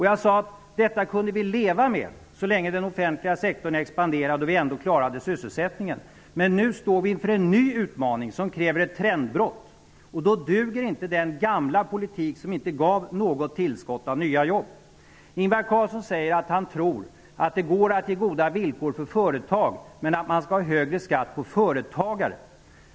Jag sade att vi kunde leva med detta så länge som den offentliga sektorn expanderade och ändå klarade vi sysselsättningen, men nu står vi inför en ny utmaning som kräver ett trendbrott. Då duger inte den gamla politiken som inte gav något tillskott av nya jobb. Ingvar Carlsson säger att han tror att det går att ge goda villkor för företag, men att man skall ha högre skatt för företagare.